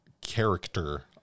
character